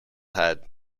head